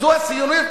זו הציונות העדכנית,